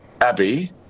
Abby